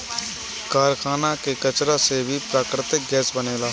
कारखाना के कचरा से भी प्राकृतिक गैस बनेला